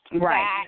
Right